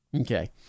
Okay